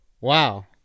Wow